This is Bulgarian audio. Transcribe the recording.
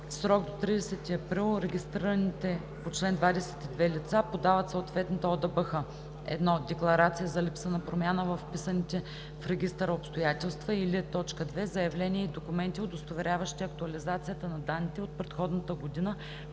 срок до 30 април регистрираните по чл. 22 лица подават в съответната ОДБХ: 1. декларация за липса на промяна във вписаните в регистъра обстоятелства или 2. заявление и документи, удостоверяващи актуализацията на данните от предходната година